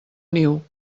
niu